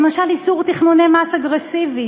למשל איסור תכנוני מס אגרסיביים,